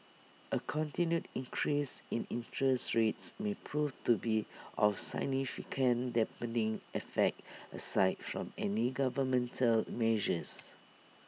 A continued increase in interest rates may prove to be of significant dampening effect aside from any governmental measures